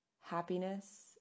happiness